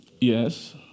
Yes